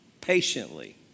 Patiently